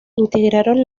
integraron